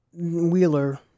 Wheeler